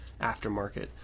aftermarket